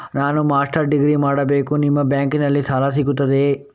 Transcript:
ನಾನು master degree ಮಾಡಬೇಕು, ನಿಮ್ಮ ಬ್ಯಾಂಕಲ್ಲಿ ಸಾಲ ಸಿಗುತ್ತದೆಯೇ?